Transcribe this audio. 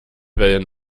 wellen